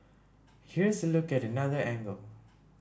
here's a look at another angle